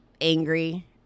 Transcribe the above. angry